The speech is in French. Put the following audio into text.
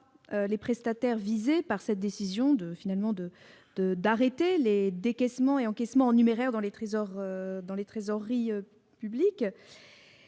les prestataires visés par la décision d'arrêter les décaissements ou encaissements en numéraire dans les trésoreries publiques,